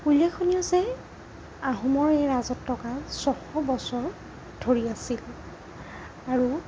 উল্লেখনীয় যে আহোমৰ এই ৰাজত্বকাল ছশ বছৰ ধৰি আছিল আৰু